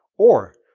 or,